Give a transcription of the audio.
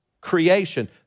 creation